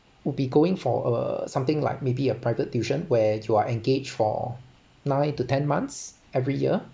would be going for uh something like maybe a private tuition where you are engaged for nine to ten months every year